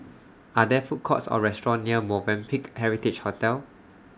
Are There Food Courts Or restaurants near Movenpick Heritage Hotel